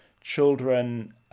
children